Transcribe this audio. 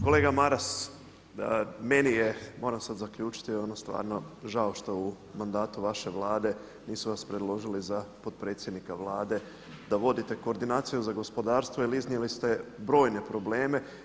Kolega Maras, meni je moram sad zaključiti stvarno žao što u mandatu vaše Vlade nisu vas predložili za potpredsjednika Vlade da vodite koordinaciju za gospodarstvo, jer iznijeli ste brojne probleme.